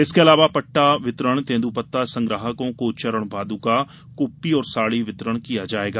इसके अलावा पट्टा वितरण तेंद्रपत्ता संग्राहकों को चरण पादुका कुप्पी और साड़ी वितरण किया जायेगा